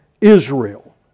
Israel